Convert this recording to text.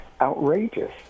outrageous